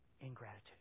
ingratitude